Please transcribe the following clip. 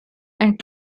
and